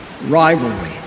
rivalry